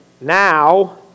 Now